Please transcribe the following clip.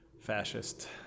fascist